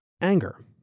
anger